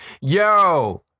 yo